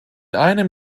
einem